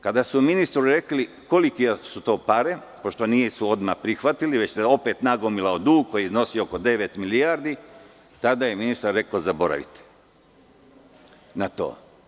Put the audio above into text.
Kada su ministru rekli kolike su to pare, pošto nisu odmah prihvatili, već se opet nagomilao dug koji je iznosio oko devet milijardi, tada je ministar rekao – zaboravite na to.